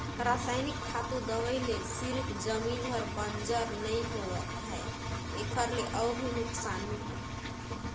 रसइनिक खातू, दवई ले सिरिफ जमीन हर बंजर नइ होवत है एखर ले अउ भी नुकसानी हे